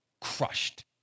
crushed